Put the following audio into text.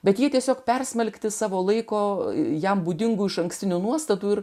bet ji tiesiog persmelkti savo laiko jam būdingų išankstinių nuostatų ir